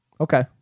Okay